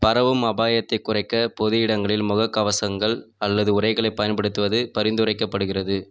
பரவும் அபாயத்தைக் குறைக்க பொது இடங்களில் முகக்கவசங்கள் அல்லது உறைகளைப் பயன்படுத்துவது பரிந்துரைக்கப்படுகிறது